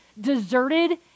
deserted